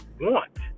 want